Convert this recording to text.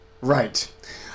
Right